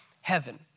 heaven